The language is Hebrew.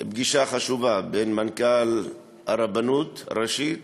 פגישה חשובה בין מנכ"ל הרבנות הראשית